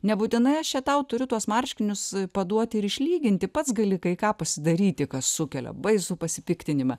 nebūtinai aš čia tau turiu tuos marškinius paduoti ir išlyginti pats gali kai ką pasidaryti kas sukelia baisų pasipiktinimą